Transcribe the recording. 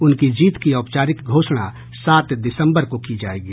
उनकी जीत की औपचारिक घोषणा सात दिसम्बर को की जायेगी